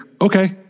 Okay